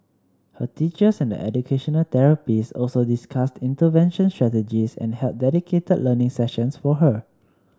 her teachers and the educational therapists also discussed intervention strategies and held dedicated learning sessions for her